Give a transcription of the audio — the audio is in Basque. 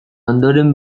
ondoren